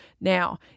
now